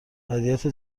وضعیت